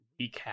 recap